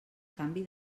canvi